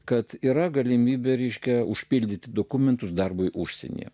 kad yra galimybė ryškią užpildyti dokumentus darbui užsienyje